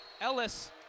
Ellis